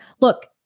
Look